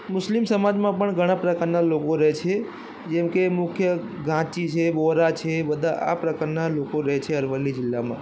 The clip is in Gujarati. મુસ્લિમ સમાજમાં પણ ઘણા પ્રકારના લોકો રહે છે જેમ કે મુખ્ય ઘાંચી છે વોહરા છે બધા આ પ્રકારના લોકો રહે છે અરવલ્લી જિલ્લામાં